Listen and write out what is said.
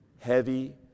heavy